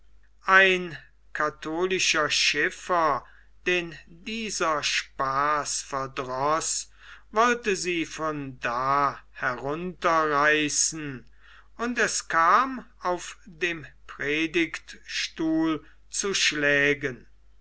ein katholischer schiffer den dieser spaß verdroß wollte sie von da herunterreißen und es kam auf dem predigtstuhl zu schlägen